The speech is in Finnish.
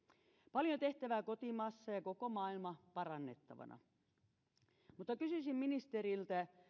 paljon tehtävää kotimaassa ja koko maailma parannettavana kysyisin ministeriltä